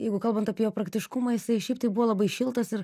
jeigu kalbant apie jo praktiškumą jisai šiaip taip buvo labai šiltas ir